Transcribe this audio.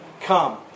Come